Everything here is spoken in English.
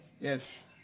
Yes